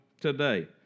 today